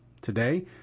Today